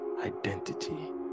Identity